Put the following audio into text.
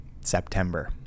September